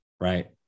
right